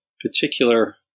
particular